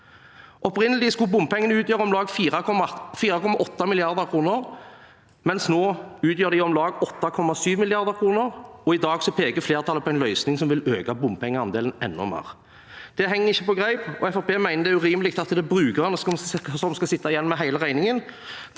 Opprinnelig skulle bompengene utgjøre om lag 4,8 mrd. kr. Nå utgjør de om lag 8,7 mrd. kr, og i dag peker flertallet på en løsning som vil øke bompengeandelen enda mer. Det henger ikke på greip, og Fremskrittspartiet mener det er urimelig at det er brukerne som skal sitte igjen med hele regningen.